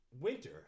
winter